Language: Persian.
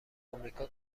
آمریکا